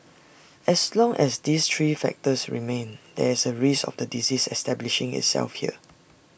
as long as these three factors remain there is A risk of the disease establishing itself here